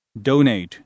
Donate 、